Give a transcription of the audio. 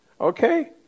Okay